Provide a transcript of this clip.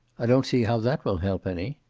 i don't see how that will help any.